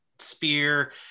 spear